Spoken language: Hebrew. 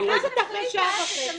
היא נכנסת אחרי שעה וחצי --- תמיד